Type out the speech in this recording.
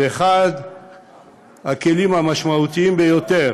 ואחד הכלים המשמעותיים ביותר